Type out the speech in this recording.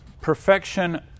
perfection